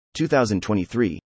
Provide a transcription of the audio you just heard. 2023